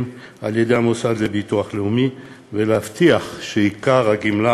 על-ידי המוסד לביטוח לאומי ולהבטיח שעיקר הגמלה